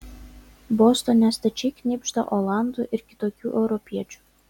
bostone stačiai knibžda olandų ir kitokių europiečių